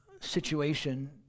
situation